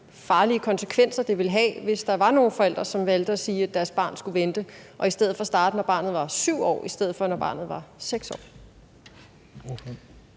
farlige konsekvenser, det vil have, hvis der er nogle forældre, som vælger at sige, at deres barn skal vente og i stedet for starte, når barnet er 7 år, i stedet for når barnet er 6 år.